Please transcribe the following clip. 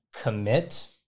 commit